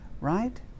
Right